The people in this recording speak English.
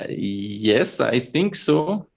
ah yes. i think so.